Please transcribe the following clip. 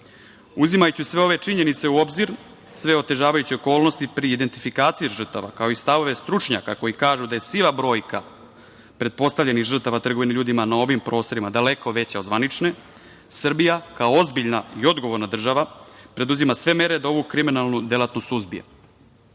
mreža. Uzimajući sve ove činjenice u obzir, sve otežavajuće okolnosti pri identifikaciji žrtava, kao i stavove stručnjaka koji kažu da je siva brojka pretpostavljenih žrtava trgovine ljudima na ovim prostorima daleko veća od zvanične, Srbija kao ozbiljna i odgovorna država preduzima sve mere da ovu kriminalnu delatnost suzbije.U